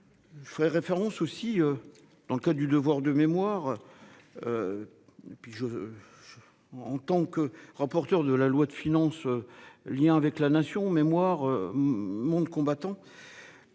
Ferait référence aussi. Dans le cas du devoir de mémoire. Et puis je. En tant que rapporteur de la loi de finances. Lien avec la nation, mémoire. Monde combattant.